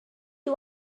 you